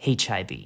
HIV